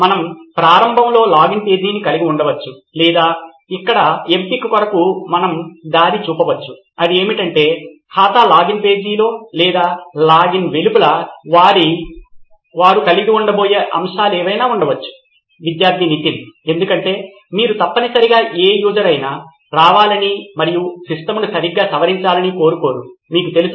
మనం ప్రారంభంలో లాగిన్ పేజీని కలిగి ఉండవచ్చు లేదా ఇక్కడ ఎంపిక కొరకు మనము దారి చూపవచ్చు అది ఏమిటంటే ఖాతా లాగిన్ పేజీలో లేదా లాగిన్ వెలుపల వారు కలిగి ఉండబోయే అంశాలేవైనా ఉండవచ్చు విద్యార్థి నితిన్ ఎందుకంటే మీరు తప్పనిసరిగా ఏ యూజర్ అయినా రావాలని మరియు సిస్టమ్ను సరిగ్గా సవరించాలని కోరుకోరు మీకు తెలుసు